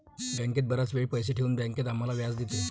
बँकेत बराच वेळ पैसे ठेवून बँक आम्हाला व्याज देते